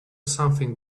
something